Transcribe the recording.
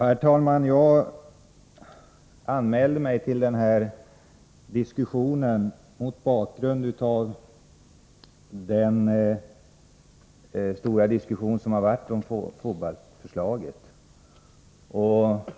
Herr talman! Jag anmälde mig till den här debatten mot bakgrund av den omfattande diskussion som har förts om FOBALT-förslaget.